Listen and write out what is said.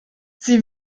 sie